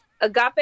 Agape